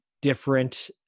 different